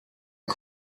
and